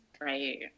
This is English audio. Right